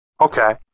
Okay